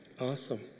Awesome